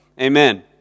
Amen